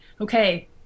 Okay